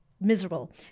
miserable